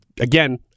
again